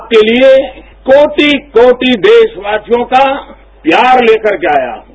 आपके लिए कोटि कोटि देशवासियों का प्यार लेकर के आया हूं